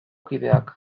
kideak